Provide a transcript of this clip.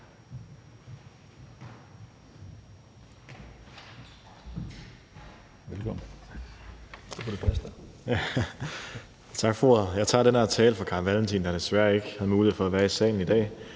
Jeg holder den her tale på vegne af hr. Carl Valentin, der desværre ikke havde mulighed for at være i salen i dag,